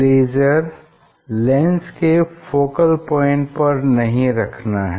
laser lens के focal point पर नहीं रखना है